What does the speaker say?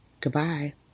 Goodbye